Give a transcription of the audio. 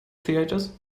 theatres